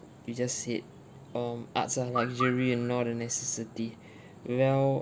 you just said um arts are luxury and not a necessity well